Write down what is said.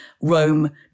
Rome